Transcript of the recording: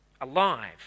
alive